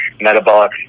metabolic